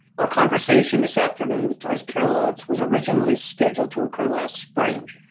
our conversation this afternoon with joyce carol oates was originally scheduled to occur last spring.